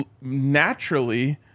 naturally